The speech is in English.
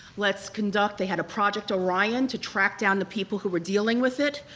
let's conduct, they had a project orion to track down the people who were dealing with it